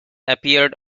appeared